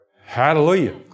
Hallelujah